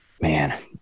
man